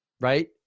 Right